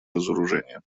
разоружения